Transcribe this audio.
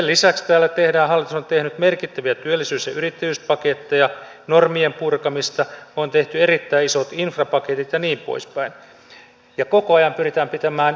sen lisäksi hallitus on tehnyt merkittäviä työllisyys ja yrittäjyyspaketteja normien purkamista on tehty erittäin isot infrapaketit ja niin poispäin ja koko ajan pyritään pitämään verotase muuttumattomana